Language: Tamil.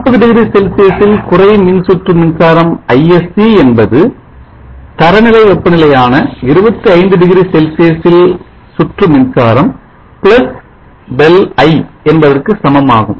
40 டிகிரி செல்சியஸில் குறை மின்சுற்று மின்சாரம் ISC என்பது தரநிலை வெப்பநிலை யான 25 டிகிரி செல்சியஸில் சுற்று மின்சாரம் Δi என்பதற்கு சமம் ஆகும்